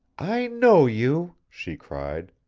i know you! she cried.